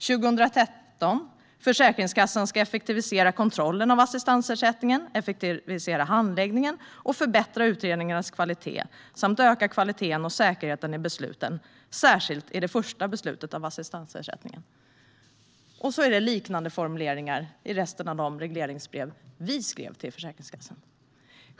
År 2013 skrev vi: "Försäkringskassan ska effektivisera kontrollen av assistansersättningen, effektivisera handläggningen och förbättra utredningarnas kvalitet samt öka kvaliteten och säkerheten i besluten, särskilt i det första beslutet av assistansersättningen." I resten av de regleringsbrev som vi skrev till Försäkringskassan är det liknande formuleringar.